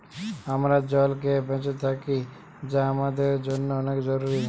আমরা জল খেয়ে বেঁচে থাকি যা আমাদের জন্যে অনেক জরুরি